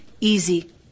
easy